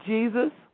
Jesus